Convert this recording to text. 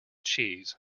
cheese